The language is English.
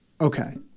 Okay